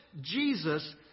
Jesus